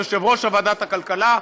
יושב-ראש ועדת הכלכלה.